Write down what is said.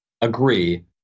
agree